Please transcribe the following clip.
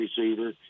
receiver